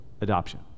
adoption